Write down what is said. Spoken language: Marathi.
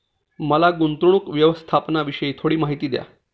मला गुंतवणूक व्यवस्थापनाविषयी थोडी माहिती द्या